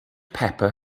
pepper